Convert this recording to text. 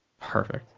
Perfect